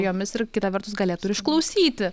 jomis ir kita vertus galėtų ir išklausyti